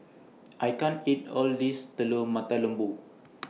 I can't eat All of This Telur Mata Lembu